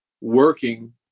working